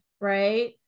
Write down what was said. right